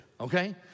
okay